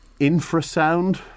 Infrasound